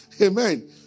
Amen